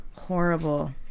horrible